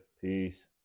Peace